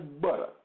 butter